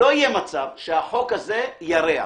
לא יהיה מצב שהחוק הזה ירע.